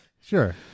Sure